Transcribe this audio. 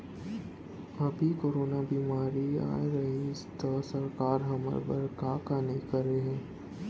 अभी कोरोना बेमारी अए रहिस त सरकार हर हमर बर का का नइ करे हे